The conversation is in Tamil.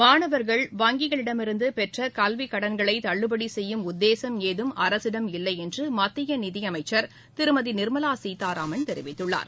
மானவா்கள் வங்கிகளிடமிருந்து பெற்ற கல்விக் கடன்களை தள்ளுபடி செய்யும் உத்தேசம் ஏதும் அரசிடம் இல்லை என்று மத்திய நிதி அமைச்சர் திருமதி நிர்மலா சீதாராமன் தெிவித்துள்ளார்